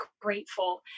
grateful